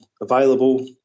available